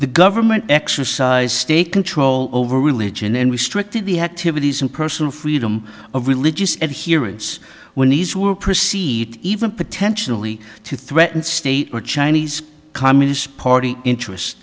the government exercise state control over religion and restricted the activities of personal freedom of religious and here it's when these were proceed even potentially to threaten state or chinese communist party interests